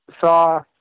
saw